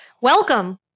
Welcome